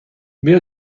بیا